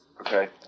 Okay